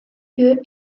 lieu